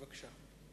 בבקשה.